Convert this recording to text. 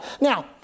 Now